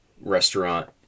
restaurant